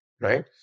right